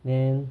then